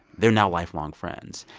they're now lifelong friends.